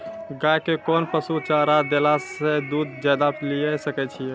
गाय के कोंन पसुचारा देला से दूध ज्यादा लिये सकय छियै?